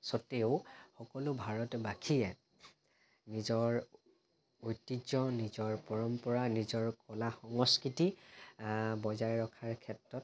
স্বত্বেও সকলো ভাৰতবাসীয়ে নিজৰ ঐতিহ্য নিজৰ পৰম্পৰা নিজৰ কলা সংস্কৃতি বজাই ৰখাৰ ক্ষেত্ৰত